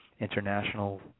international